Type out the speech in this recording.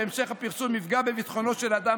והמשך הפרסום יפגע בביטחונו של אדם